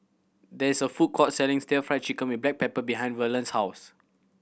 there is a food court selling still Fried Chicken with black pepper behind Verlon's house